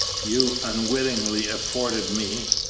you unwittingly afforded me,